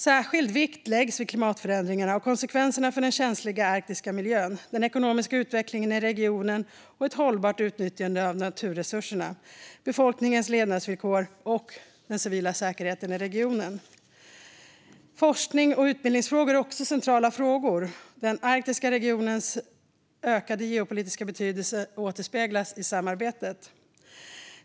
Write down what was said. Särskild vikt läggs vid klimatförändringarna och konsekvenserna för den känsliga arktiska miljön, regionens ekonomiska utveckling, ett hållbart utnyttjande av naturresurserna, befolkningens levnadsvillkor och den civila säkerheten i regionen. Forsknings och utbildningsfrågor är också centrala frågor. Den arktiska regionens ökade geopolitiska betydelse återspeglas i samarbetet.